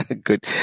Good